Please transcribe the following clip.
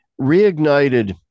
reignited